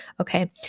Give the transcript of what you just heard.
Okay